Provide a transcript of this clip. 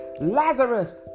Lazarus